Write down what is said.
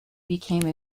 became